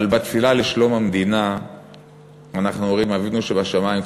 אבל בתפילה לשלום המדינה אנחנו אומרים: "אבינו שבשמים,